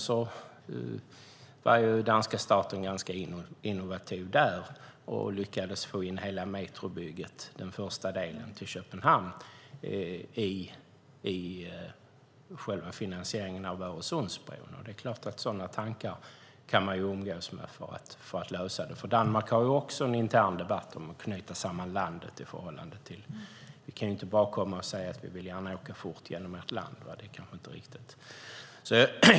Där var danska staten innovativ och lyckades få in den första delen av metrobygget till Köpenhamn i finansieringen av Öresundsbron. Man kan umgås med liknande tankar för att lösa detta. Danmark har också en intern debatt om att knyta samman landet. Vi kan ju inte gärna komma till danskarna och säga att vi helst vill kunna åka fort genom deras land.